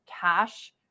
cash